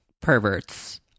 perverts